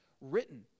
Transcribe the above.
written